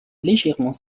légèrement